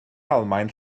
almaen